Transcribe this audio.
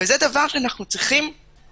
וזה דבר שאנו צריכים